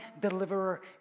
deliverer